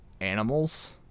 animals